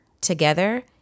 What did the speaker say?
together